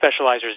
specializers